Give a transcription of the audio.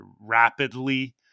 rapidly